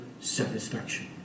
satisfaction